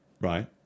Right